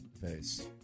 face